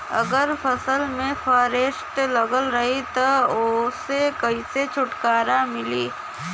अगर फसल में फारेस्ट लगल रही त ओस कइसे छूटकारा मिली?